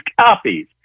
copies